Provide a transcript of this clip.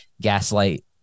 gaslight